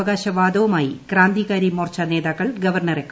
അവകാശവാദവുമായി ക്രാന്തികാരി മോർച്ച നേതാക്കൾ ഗവർണറെ കണ്ടു